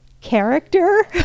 character